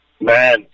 man